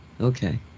Okay